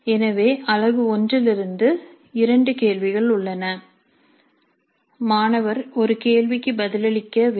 எனவே அலகு 1 இலிருந்து 2 கேள்விகள் உள்ளன மாணவர் 1 கேள்விக்கு பதிலளிக்க வேண்டும்